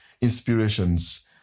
inspirations